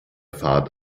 fahrt